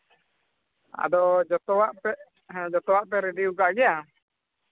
ᱟᱫᱚ ᱡᱚᱛᱚᱣᱟᱜ ᱯᱮ ᱡᱚᱛᱣᱟᱜ ᱯᱮ ᱨᱮᱹᱰᱤ ᱠᱟᱜ ᱜᱮᱭᱟ